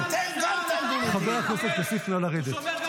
וחמתם של הפושעים האלה שתומכים ברצח עם.